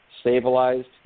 stabilized